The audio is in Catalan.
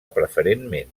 preferentment